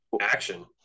action